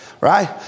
Right